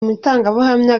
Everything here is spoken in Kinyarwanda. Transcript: mutangabuhamya